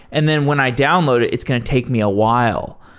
and then when i download it, it's going to take me a while.